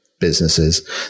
businesses